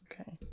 Okay